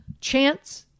chance